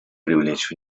привлечь